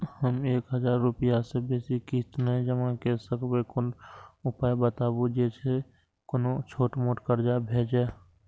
हम एक हजार रूपया से बेसी किस्त नय जमा के सकबे कोनो उपाय बताबु जै से कोनो छोट मोट कर्जा भे जै?